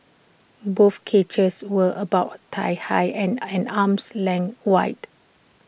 both cages were about thigh high and an arm's length wide